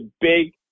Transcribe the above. big